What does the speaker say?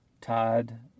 Todd